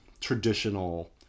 traditional